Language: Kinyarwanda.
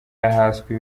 yahaswe